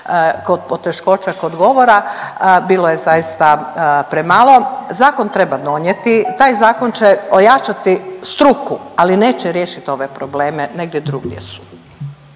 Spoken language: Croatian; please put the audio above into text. kod poteškoća kod govora, bilo je zaista premalo. Zakon treba donijeti, taj Zakon će ojačati struku, ali neće riješiti ove probleme, negdje drugdje su.